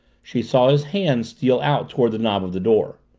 she saw his hand steal out toward the knob of the door.